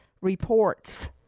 reports